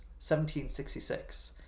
1766